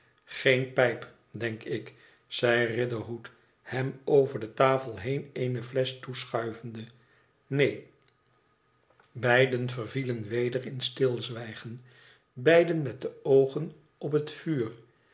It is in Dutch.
geen pijp denk ik zei riderhood hem over de tafel heen eene flesch toeschuivende f neen beiden vervielen weder in stilzwijgen beiden met de oogen op het vuur